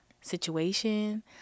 situation